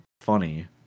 Funny